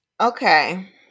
Okay